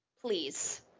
please